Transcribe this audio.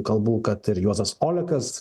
kalbų kad ir juozas olekas